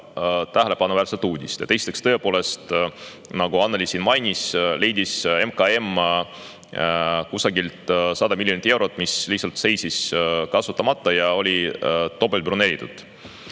tähelepanuväärset uudist. Esiteks, tõepoolest, nagu Annely siin mainis, leidis MKM kusagilt 100 miljonit eurot, mis lihtsalt seisis kasutamata ja oli topelt broneeritud.